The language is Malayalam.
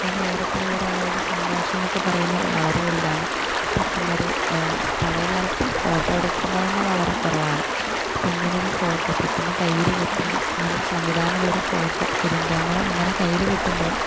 ആ നേരത്തുള്ള ഒരാളുടെ സന്തോഷം എന്നൊക്കെ പറയുന്നത് വളരെ വലുതാണ് പെട്ടെന്ന് ഒരു പഴയകാലത്ത് ഫോട്ടോ എടുക്കുന്നത് തന്നെ വളരെ കുറവാണ് അപ്പോൾ ഇങ്ങനെ ഒരു ഫോട്ടോ പെട്ടെന്ന് കയ്യിൽ കിട്ടുന്ന അങ്ങനെ സംവിധാനമുള്ള ഒരു ഫോട്ടോ ഫിലിം ക്യാമറ അങ്ങനെ കയ്യിൽ കിട്ടുമ്പം